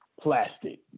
plastic